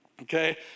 Okay